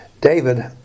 David